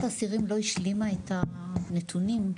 לא השלימה את הנתונים.